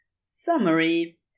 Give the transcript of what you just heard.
Summary